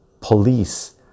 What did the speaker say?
police